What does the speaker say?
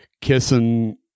kissing